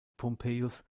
pompeius